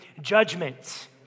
judgment